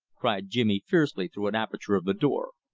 cried jimmy fiercely through an aperture of the door.